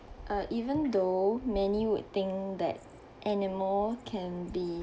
err even though many would think that animal can be